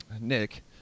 Nick